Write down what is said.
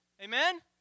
Amen